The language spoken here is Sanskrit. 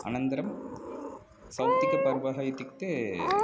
अनन्तरं सौप्तिकपर्व इतुक्ते